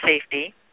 safety